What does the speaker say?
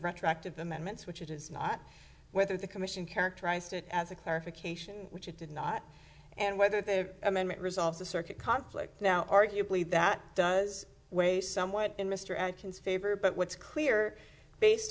retroactive amendments which it is not whether the commission characterized it as a clarification which it did not and whether there amendment resolves the circuit conflict now arguably that does weigh somewhat in mr atkins favor but what's clear based